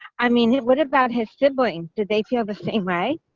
i mean, it would about his siblings did they feel the same way.